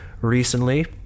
recently